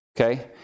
okay